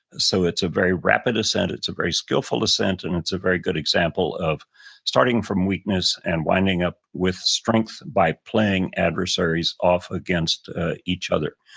so it's a very rapid ascent, it's a very skillful ascent, and it's a very good example of starting from weakness and winding up with strength by playing adversaries off against each other.